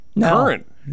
Current